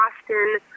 Austin